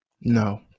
No